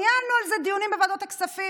ניהלנו על זה דיונים בוועדות הכספים,